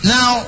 Now